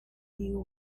you